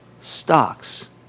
Stocks